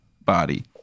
body